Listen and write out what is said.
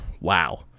Wow